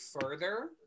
further